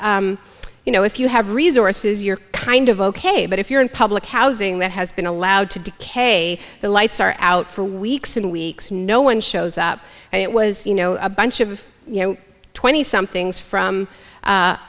but you know if you have resorts is you're kind of ok but if you're in public housing that has been allowed to decay the lights are out for weeks and weeks no one shows up and it was you know a bunch of you know twenty somethings from